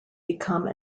become